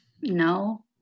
No